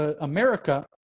America